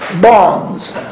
Bonds